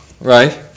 Right